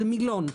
זה מילון.